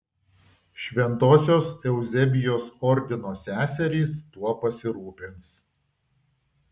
šventosios euzebijos ordino seserys tuo pasirūpins